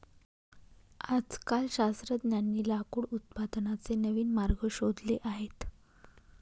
आजकाल शास्त्रज्ञांनी लाकूड उत्पादनाचे नवीन मार्ग शोधले आहेत